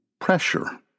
pressure